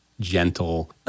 gentle